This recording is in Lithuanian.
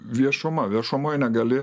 viešuma viešumoj negali